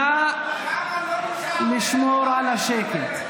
נא לשמור על השקט.